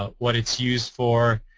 ah what is used for,